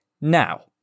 Now